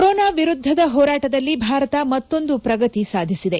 corona ವಿರುದ್ದದ ಹೋರಾಟದಲ್ಲಿ ಭಾರತ ಮತ್ತೊಂದು ಪ್ರಗತಿ ಸಾಧಿಸಿದೆ